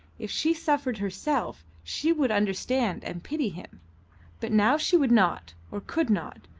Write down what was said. if she suffered herself she would understand and pity him but now she would not, or could not,